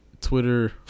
Twitter